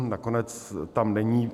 Nakonec tam není.